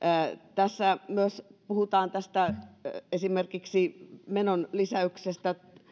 tässä puhutaan myös esimerkiksi menonlisäyksestä